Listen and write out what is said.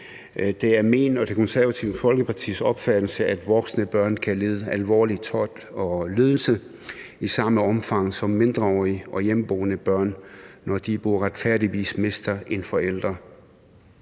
Det er min og Det Konservative Folkepartis opfattelse, at voksne børn kan lide alvorlig tort og lidelse i samme omfang som mindreårige og hjemmeboende børn, når de på uretfærdig vis mister en forælder.